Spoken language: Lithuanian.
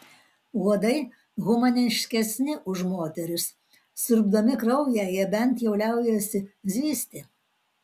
uodai humaniškesni už moteris siurbdami kraują jie bent jau liaujasi zyzti